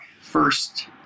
first